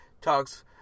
talks